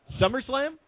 SummerSlam